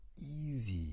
easy